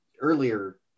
earlier